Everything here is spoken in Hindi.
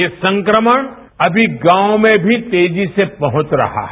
यह संक्रमण अभी गांव में भी तेजी से पहुंवरहा है